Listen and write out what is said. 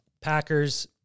Packers